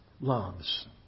loves